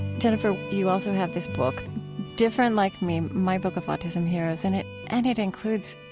jennifer, you also have this book different like me my book of autism heroes, and it and it includes,